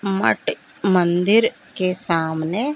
मट मंदिर के सामने